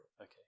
Okay